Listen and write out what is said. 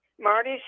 Marty